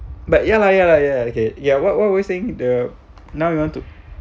but ya lah ya lah ya lah okay ya what what were you saying the now you want to